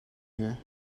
here